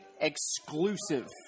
exclusive